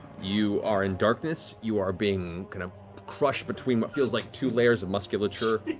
you are in darkness. you are being kind of crushed between what feels like two layers of musculature.